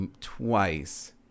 twice